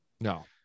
No